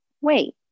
wait